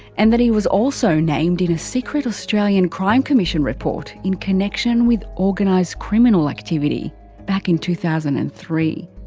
and that he was also named in a secret australian crime commission report in connection with organised criminal activity back in two thousand and three.